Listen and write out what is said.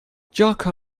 jaka